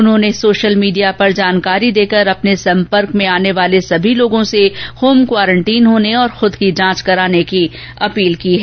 उन्होंने social media पर जानकारी देकर अपने संपर्क में आने वाले सभी लोगों से होम क्वारंटीन होने तथा खूद की जांच कराने की अपील की है